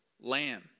lamb